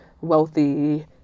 wealthy